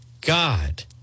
God